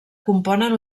componen